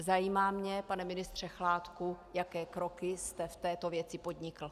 Zajímá mě, pane ministře Chládku, jaké kroky jste v této věci podnikl.